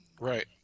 Right